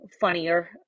funnier